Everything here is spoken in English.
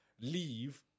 leave